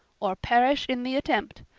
or perish in the attempt.